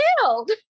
killed